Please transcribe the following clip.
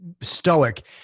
Stoic